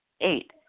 Eight